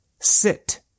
sit